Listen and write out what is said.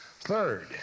Third